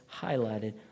highlighted